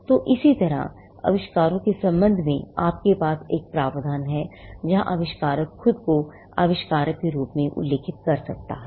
तो इसी तरह आविष्कारों के संबंध में आपके पास एक प्रावधान है जहां आविष्कारक खुद को आविष्कारक के रूप में उल्लेख कर सकता है